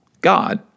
God